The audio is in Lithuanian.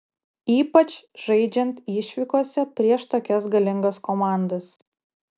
ypač žaidžiant išvykose prieš tokias galingas komandas